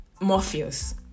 morpheus